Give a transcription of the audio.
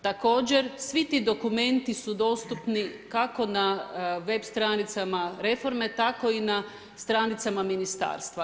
Također svi ti dokumenti su dostupni kako na web stranicama reforme, tako i na stranicama ministarstva.